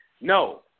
No